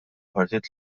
partit